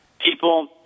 People